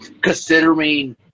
considering